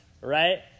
right